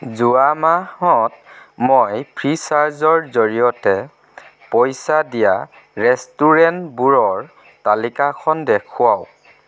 যোৱা মাহত মই ফ্ৰীচাৰ্জৰ জৰিয়তে পইচা দিয়া ৰেষ্টুৰেণ্টবোৰৰ তালিকাখন দেখুৱাওক